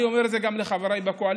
אני אומר את זה גם לחבריי בקואליציה: